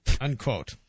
Unquote